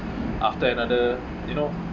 after another you know